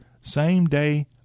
same-day